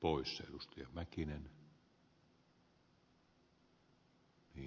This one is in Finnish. tennilän tekemää esitystä